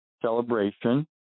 celebration